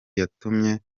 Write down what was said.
yatumye